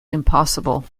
impossible